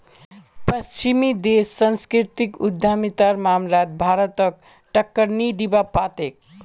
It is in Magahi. पश्चिमी देश सांस्कृतिक उद्यमितार मामलात भारतक टक्कर नी दीबा पा तेक